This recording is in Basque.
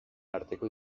arteko